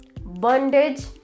bondage